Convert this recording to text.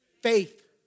Faith